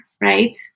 right